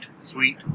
sweet